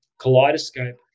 kaleidoscope